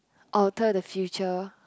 or tell the future